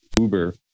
Uber